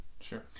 Sure